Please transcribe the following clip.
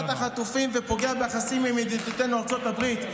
החטופים ופוגע ביחסים עם ידידתנו ארצות הברית.